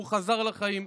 והוא חזר לחיים.